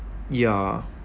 yeah